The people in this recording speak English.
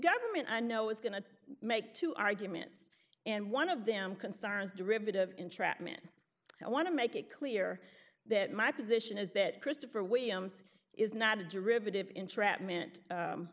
government i know is going to make two arguments and one of them concerns derivative entrapment i want to make it clear that my position is that christopher we are is not a derivative entrapment